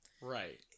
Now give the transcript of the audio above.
Right